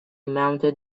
mounted